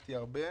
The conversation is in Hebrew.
ולמדתי הרבה.